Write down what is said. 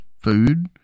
food